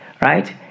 right